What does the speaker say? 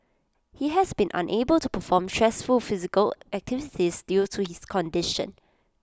he has been unable to perform stressful physical activities due to his condition